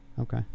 Okay